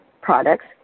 products